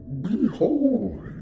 Behold